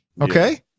Okay